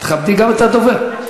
תכבדי גם את הדובר.